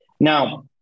Now